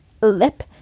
lip